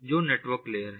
जो network layer है